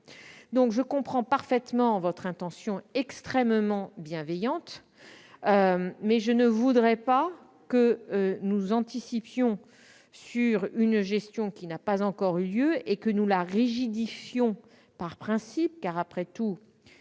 Je comprends parfaitement votre intention extrêmement bienveillante, mesdames, messieurs les sénateurs, mais je ne voudrais pas que nous anticipions sur une gestion qui n'a pas encore eu lieu et que nous la rigidifiions par principe, car, après tout,